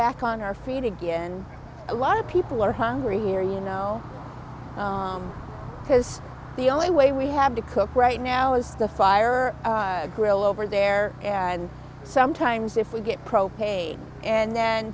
back on our feet again a lot of people are hungry here you know because the only way we have to cook right now is the fire grill over there and sometimes if we get pro pay and then